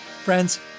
Friends